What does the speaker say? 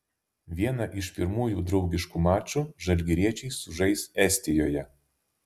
vieną iš pirmųjų draugiškų mačų žalgiriečiai sužais estijoje